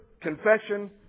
confession